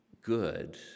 good